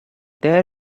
there